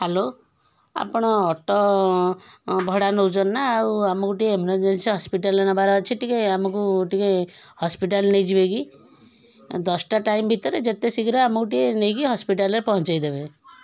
hello ଆପଣ auto ଭଡ଼ା ନେଉଛନ୍ତି ନା ଆଉ ଆମକୁ ଟିକେ ଏମର୍ଜେନ୍ସି ହସ୍ପିଟାଲରେ ନେବାର ଅଛି ଟିକେ ଆମକୁ ଟିକେ ହସ୍ପିଟାଲ ନେଇଯିବେ କି ଦଶଟା ଟାଇମ୍ ଭିତରେ ଯେତେ ଶୀଘ୍ର ଆମକୁ ଟିକେ ନେଇକି ହସ୍ପିଟାଲରେ ପହଞ୍ଚାଇ ଦେବେ